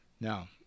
Now